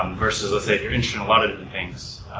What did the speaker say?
um versus ah your in a lot of things.